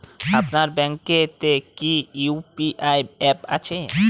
আপনার ব্যাঙ্ক এ তে কি ইউ.পি.আই অ্যাপ আছে?